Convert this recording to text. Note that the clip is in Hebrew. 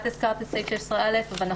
את הזכרת את סעיף 16א בעבירות אחרות,